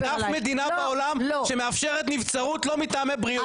אין אף מדינה בעולם שמאפשרת נצברות לא מטעמי בריאות,